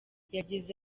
yagize